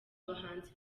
abahanzi